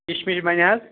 کِشمِش بَنہِ حظ